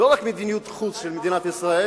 לא רק למדיניות החוץ של מדינת ישראל,